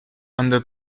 under